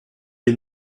les